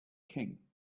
king